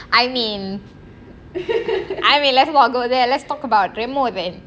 I mean I mean lets not go there lets talk about remo then